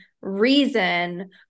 reason